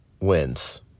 wins